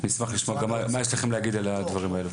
נשמח לשמוע גם מה יש לכם להגיד על הדברים האלה.